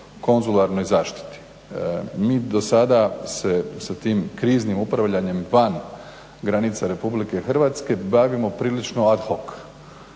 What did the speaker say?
konzularnoj zaštiti. Mi do sada se sa tim kriznim upravljanjem van granica Republike Hrvatske bavimo prilično ad hoc.